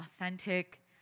authentic